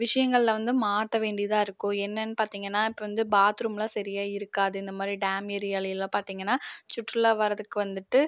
விஷயங்கள்ல வந்து மாற்ற வேண்டியதாக இருக்கும் என்னன்னு பார்த்திங்கனா இப்போ வந்து பாத்ரூம்லாம் சரியாக இருக்காது இந்த மாதிரி டேம் ஏரியாவிலயெல்லாம் பார்த்திங்கனா சுற்றுலா வரதுக்கு வந்துட்டு